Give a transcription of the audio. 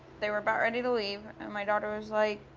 they were about ready to leave, and my daughter was like,